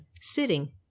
sitting